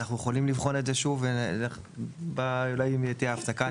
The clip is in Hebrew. אנחנו יכולים לבחון את זה שוב במהלך ההפסקה,